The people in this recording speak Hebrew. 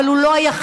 אבל הוא לא היחיד.